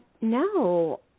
No